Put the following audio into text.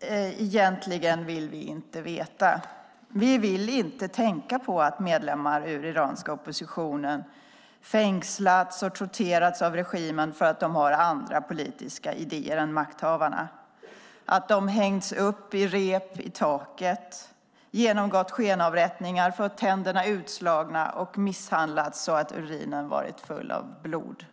Vi vill egentligen inte veta. Vi vill inte tänka på att medlemmar ur den iranska oppositionen har fängslats och torterats av regimen för att de har andra politiska idéer än makthavarna. Vi vill inte tänka på att de har hängts upp i rep i taket, genomgått skenavrättningar, fått tänderna utslagna och misshandlats så att urinen varit full av blod.